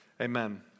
Amen